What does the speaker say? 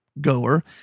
goer